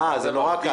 אה, זה נורא קל.